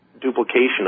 duplication